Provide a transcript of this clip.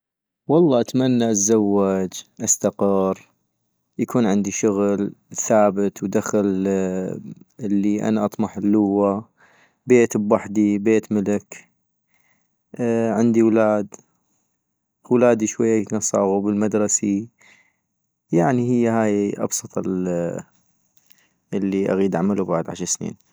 والله اتمنى تزوج استقر, يكون عندي شغل ثابت ودخل الي أنا أطمح الوا، بيت ابحدي ،بيت ملك ،عندي ولاد - ولادي شوية كن صاغو بالمدرسي - يعني هي هاي أبسط ال الي اغيد اعملو بعد عش سنين